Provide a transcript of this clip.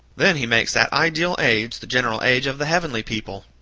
then he makes that ideal age the general age of the heavenly people.